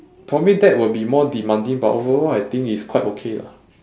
for me that would be more demanding but overall I think it's quite okay lah